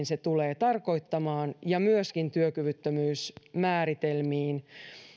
se tulee tarkoittamaan muutoksia työeläkejärjestelmiin ja myöskin työkyvyttömyysmääritelmiin